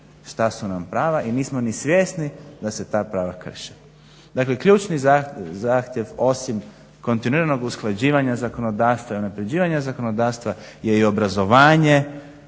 šta su nam prava i nismo ni svjesni da se ta prava krše. Dakle, ključni zahtjev osim kontinuiranog usklađivanja zakonodavstva i unaprjeđivanja zakonodavstva je i obrazovanje,